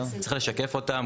צריך לשקף אותן,